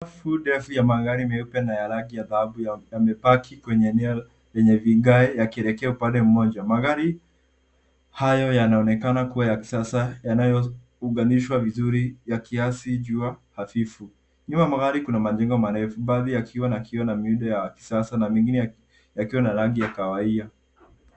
Safu ndefu ya magari meupe na ya rangi ya dhahabu yamepaki kwenye eneo yenye vigae yakielekea upande mmoja. Magari hayo yanaonekana kuwa ya kisasa yanayounganishwa vizuri ya kiasi jua hafifu. Nyuma ya magari kuna majengo marefu baadhi yakiwa na kioo na miundo ya kisasa na mengine yakiwa ya rangi ya kahawia.